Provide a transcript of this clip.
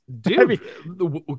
Dude